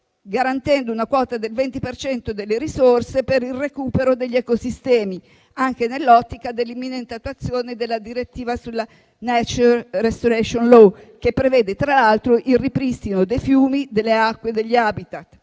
garantendo una quota del 20 per cento delle risorse per il recupero degli ecosistemi, anche nell'ottica dell'imminente attuazione della normativa *Nature restoration law*, che prevede, tra l'altro, il ripristino dei fiumi, delle acque e degli *habitat*.